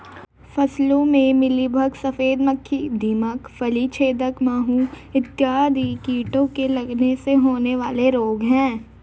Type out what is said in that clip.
फसलों में मिलीबग, सफेद मक्खी, दीमक, फली छेदक माहू इत्यादि कीटों के लगने से होने वाले रोग हैं